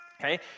Okay